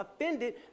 offended